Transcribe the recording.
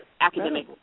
academic